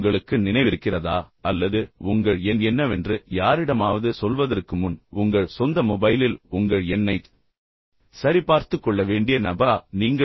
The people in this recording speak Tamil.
உங்களுக்கு நினைவிருக்கிறதா அல்லது உங்கள் எண் என்னவென்று யாரிடமாவது சொல்வதற்கு முன் உங்கள் சொந்த மொபைலில் உங்கள் எண்ணைச் சரிபார்த்துக் கொள்ள வேண்டிய நபரா நீங்கள்